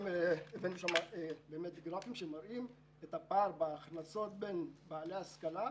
הבאנו גרפים שמראים את הפער בהכנסות בין בעלי השכלה,